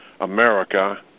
America